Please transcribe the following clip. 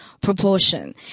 proportion